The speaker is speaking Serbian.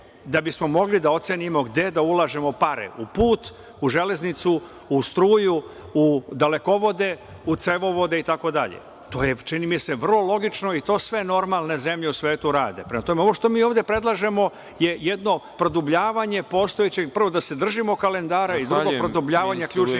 da bismo mogli da ocenimo gde da ulažemo pare, u put, u železnicu, u struju, u dalekovode, u cevovode, itd. To je, čini mi se, vrlo logično i to sve normalne zemlje u svetu rade. Prema tome, ovo što mi ovde predlažemo je jedno produbljavanje postojećeg, prvo, da se držimo kalendara i drugo, produbljavanja ključnih